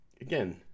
again